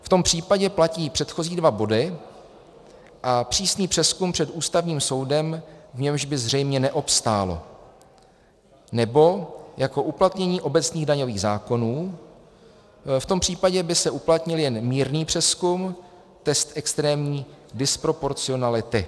V tom případě platí předchozí dva body a přísný přezkum před Ústavním soudem, v němž by zřejmě neobstálo, nebo jako uplatnění obecných daňových zákonů, v tom případě by se uplatnil jen mírný přezkum, test extrémní disproporcionality.